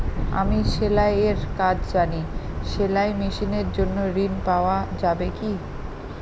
আমি সেলাই এর কাজ জানি সেলাই মেশিনের জন্য ঋণ পাওয়া যাবে কি?